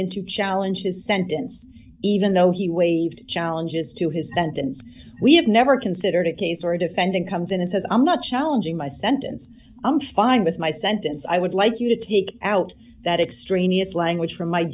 to challenge his sentence even though he waived challenges to his sentence we have never considered a case or a defendant comes in and says i'm not challenging my sentence i'm fine with my sentence i would like you to take out that extraneous language